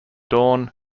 dawn